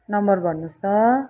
number भन्नुहोस् त